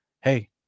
Hey